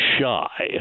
shy